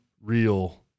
real